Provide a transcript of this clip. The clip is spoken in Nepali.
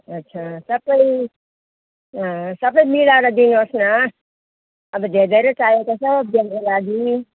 अच्छा सबै सबै मिलाएर दिनुहोस् न अनि त धेरधेरै चाहिएको छ बिहाको लागि